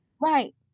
Right